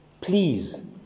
please